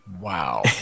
Wow